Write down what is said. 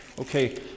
okay